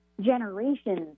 generations